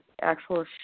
actual